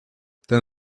ten